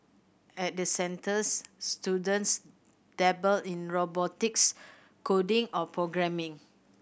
at the centres students dabble in robotics coding or programming